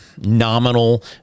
nominal